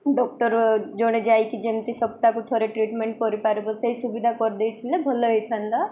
doctor ଜଣେ ଯାଇକି ଯେମିତି ସପ୍ତାହକୁ ଥରେ ଟ୍ରିଟମେଣ୍ଟ କରିପାରିବ ସେଇ ସୁବିଧା କରିଦେଇଥିଲେ ଭଲ ହେଇଥାନ୍ତା